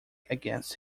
against